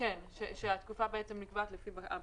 -- שהתקופה נקבעת לפי הבקשות.